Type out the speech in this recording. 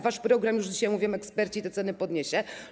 Wasz program już dzisiaj, jak mówią eksperci, te ceny podniesie.